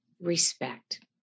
respect